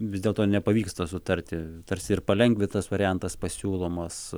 vis dėlto nepavyksta sutarti tarsi ir palengvintas variantas pasiūlomas